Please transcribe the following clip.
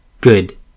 good